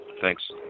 thanks